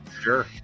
sure